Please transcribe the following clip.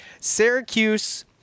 Syracuse